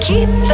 Keep